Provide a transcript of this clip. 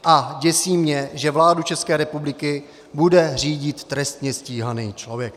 A děsí mě, že vládu České republiky bude řídit trestně stíhaný člověk.